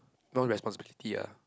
no responsibility ah